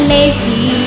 Lazy